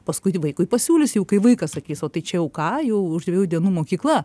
paskui vaikui pasiūlius jau kai vaikas sakys o tai čia jau ką jau už dviejų dienų mokykla